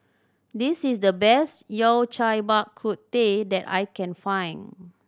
this is the best Yao Cai Bak Kut Teh that I can find